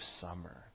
summer